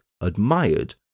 admired